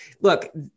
Look